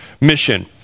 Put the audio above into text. mission